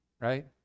right